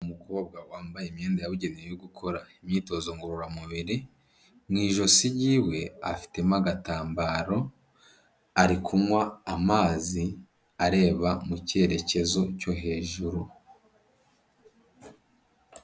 Umukobwa wambaye imyenda yabugenewe yo gukora imyitozo ngororamubiri, mu ijosi ryiwe afitemo agatambaro, ari kunywa amazi areba mu cyerekezo cyo hejuru.